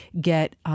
get